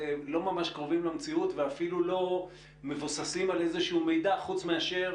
לא ממש קרובים למציאות ואפילו לא מבוססים על איזשהו מידע חוץ מאשר